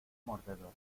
mordedor